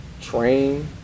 train